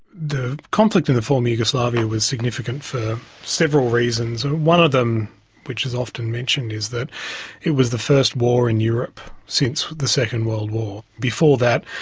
the conflict in the former yugoslavia was significant for so several reasons. one of them which is often mentioned is that it was the first war in europe since the second world war. before that,